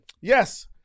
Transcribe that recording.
Yes